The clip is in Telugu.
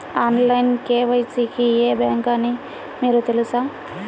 ఆన్లైన్ కే.వై.సి కి ఏ బ్యాంక్ అని మీకు తెలుసా?